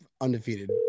undefeated